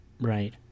right